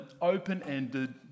open-ended